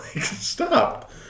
stop